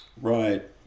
Right